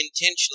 intentionally